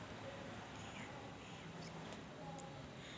NBFC म्हणजे का होते?